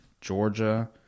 Georgia